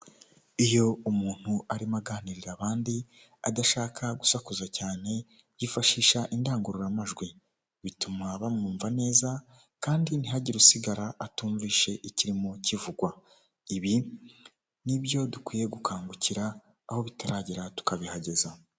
Imodoka yo mu bwoko bwa kebiyesi ariko itatse ibyapa bya beka, ikaba isa ibara ry'icyatsi, ikaba iri mu muhanda irimo iragenda itwaye abagenzi bagana za Remera.